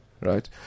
right